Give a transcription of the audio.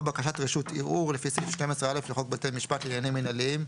או בקשת רשות ערעור לפי סעיף 120א) לחוק בתי משפט לעניינים מינהליים,